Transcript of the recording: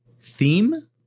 theme